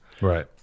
right